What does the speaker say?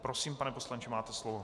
Prosím, pane poslanče, máte slovo.